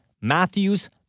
Matthews